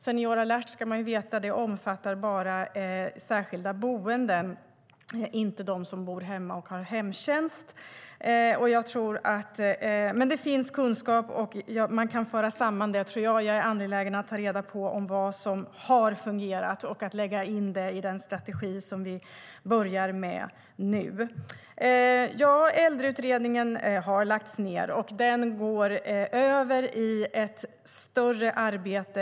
Man ska veta att Senior alert bara omfattar särskilda boenden och inte dem som bor hemma och har hemtjänst. Men det finns kunskap, och jag tror att man kan föra samman detta. Jag är angelägen om att ta reda på vad som har fungerat och att lägga in det i den strategi som vi börjar med nu. Äldreutredningen har lagts ned. Den går över i ett större arbete.